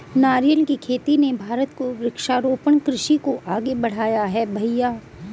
नारियल की खेती ने भारत को वृक्षारोपण कृषि को आगे बढ़ाया है भईया